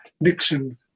Nixon